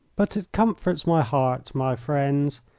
but it comforts my heart, my friends,